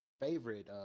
favorite